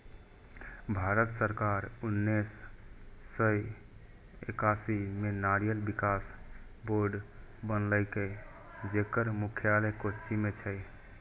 भारत सरकार उन्नेस सय एकासी मे नारियल विकास बोर्ड बनेलकै, जेकर मुख्यालय कोच्चि मे छै